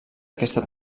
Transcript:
aquesta